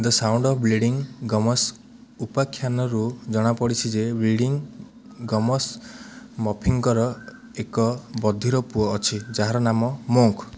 the sound of bleeding gums ଉପାଖ୍ୟାନରୁ ଜଣାପଡ଼ିଛି ଯେ ବ୍ଲିଡ଼ିଂ ଗମ୍ସ ମର୍ଫିଙ୍କର ଏକ ବଧିର ପୁଅ ଅଛି ଯାହାର ନାମ ମୋଙ୍କ୍